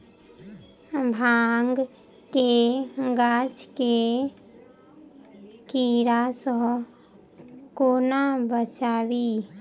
भांग केँ गाछ केँ कीड़ा सऽ कोना बचाबी?